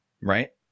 right